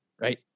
right